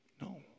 No